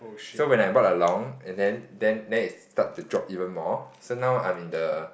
so when I bought a long and then then then it start to drop even more so now I'm in the